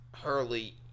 Hurley